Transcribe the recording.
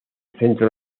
centro